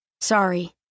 sorry